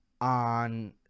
on